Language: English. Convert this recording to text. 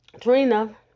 Trina